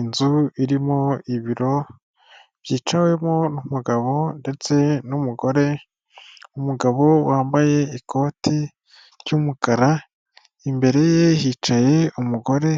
Inzu irimo ibiro byicawemo n'umugabo ndetse n'umugore, umugabo wambaye ikoti ry'umukara imbere ye hicaye umugore